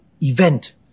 event